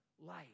life